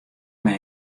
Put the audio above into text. mei